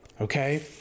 Okay